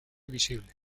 visible